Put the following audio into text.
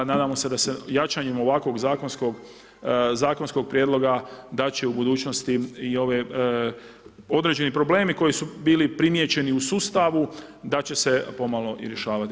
Nadamo se da se jačanjem ovakvog zakonskog prijedlog da će u budućnosti i ove određeni problemi koji su bili primijećeni u sustavu da će se pomalo i rješavati.